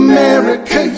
America